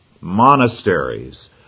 monasteries